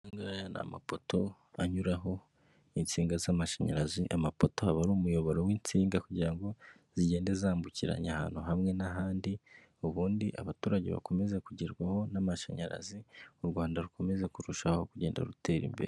Aya ngaya ni amapoto anyuraho insinga z'amashanyarazi, amapota aba ari umuyoboro w'insinga kugira ngo zigende zambukiranya ahantu hamwe n'ahandi ubundi abaturage bakomezaze kugerwaho n'amashanyarazi, u Rwanda rukomeze kurushaho kugenda rutera imbere.